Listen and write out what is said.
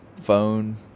phone